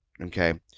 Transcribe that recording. Okay